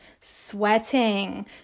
sweating